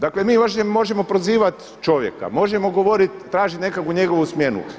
Dakle, mi možemo prozivat čovjeka, možemo govoriti, tražiti nekakvu njegovu smjenu.